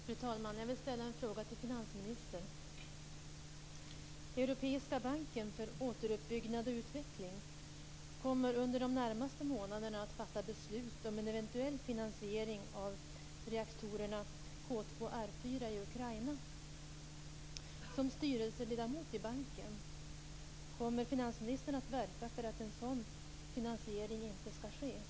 Fru talman! Jag vill ställa en fråga till finansministern. Europeiska banken för återuppbyggnad och utveckling kommer under de närmaste månaderna att fatta beslut om en eventuell finansiering av reaktorerna K2R4 i Ukraina. Kommer finansministern som styrelseledamot i banken att verka för att en sådan finansiering inte skall ske?